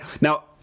Now